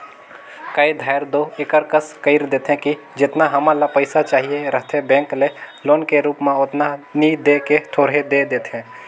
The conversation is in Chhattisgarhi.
कए धाएर दो एकर कस कइर देथे कि जेतना हमन ल पइसा चाहिए रहथे बेंक ले लोन के रुप म ओतना नी दे के थोरहें दे देथे